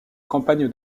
campagne